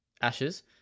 Ashes